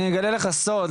אני אגלה לך סוד.